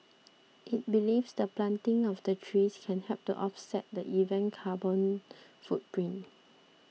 it believes the planting of the trees can help to offset the event carbon footprint